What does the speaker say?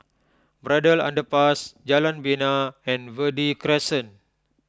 Braddell Underpass Jalan Bena and Verde Crescent